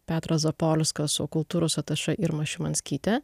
petras zapolskas o kultūros atašė irma šimanskytė